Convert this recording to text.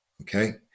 okay